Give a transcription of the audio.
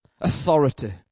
authority